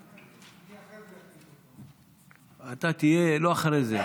אני אחרי זה, אתה לא תהיה אחרי זה,